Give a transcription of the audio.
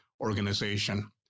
organization